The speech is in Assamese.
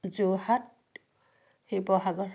যোৰহাট শিৱসাগৰ